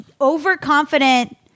overconfident